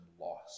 lost